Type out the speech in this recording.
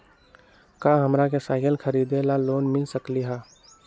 का हमरा के साईकिल खरीदे ला लोन मिल सकलई ह?